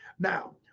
Now